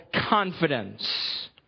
confidence